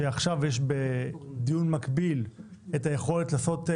שעכשיו יש בדיון מקביל את היכולת לעשות,